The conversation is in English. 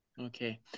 Okay